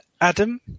Adam